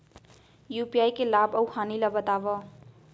UPI के लाभ अऊ हानि ला बतावव